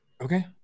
Okay